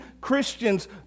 Christians